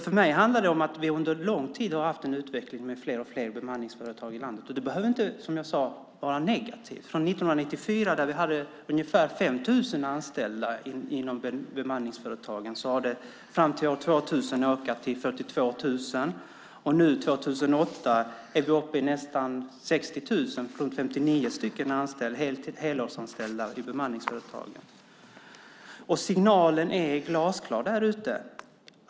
För mig handlar det om att vi under en lång tid har haft en utveckling med fler och fler bemanningsföretag i landet. Det behöver inte, som jag sade, vara negativt. År 1994 hade vi ungefär 5 000 anställda inom bemanningsföretagen. År 2000 hade det ökat till 42 000, och 2008 var vi uppe i nästan 60 000 helårsanställda i bemanningsföretag. Signalen är glasklar där ute.